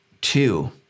two